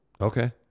Okay